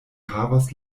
havas